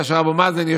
כאשר אבו מאזן,